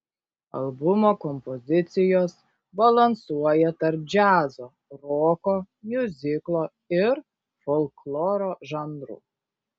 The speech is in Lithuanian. albumo kompozicijos balansuoja tarp džiazo roko miuziklo ir folkloro žanrų